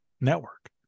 network